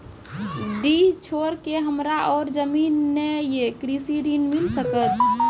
डीह छोर के हमरा और जमीन ने ये कृषि ऋण मिल सकत?